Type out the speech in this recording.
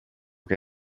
che